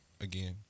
again